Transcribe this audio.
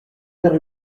père